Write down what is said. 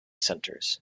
centres